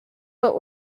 but